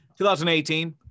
2018